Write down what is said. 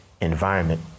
environment